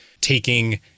taking